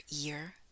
ear